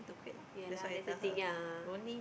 ya lah that's the thing ya